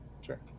Sure